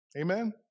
Amen